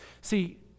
See